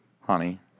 Honey